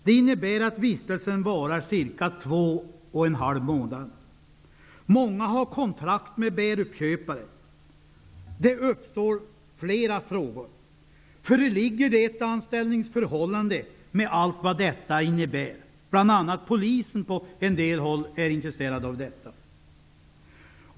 Det innebär att vistelsen varar cirka två och en halv månader. Många har kontrakt med bäruppköpare. Det uppstår flera frågor: Föreligger det ett anställningsförhållande, med allt vad det innebär? -- På en del håll är bl.a. Polisen intresserad av detta.